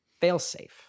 Failsafe